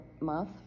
month